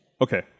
Okay